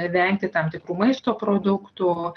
vengti tam tikrų maisto produktų